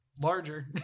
larger